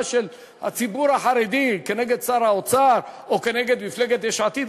של הציבור החרדי נגד שר האוצר או נגד מפלגת יש עתיד.